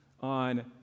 on